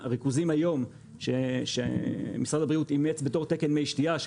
הריכוזים שמשרד הבריאות אימץ היום בתור תקן מי שתייה,